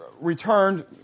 returned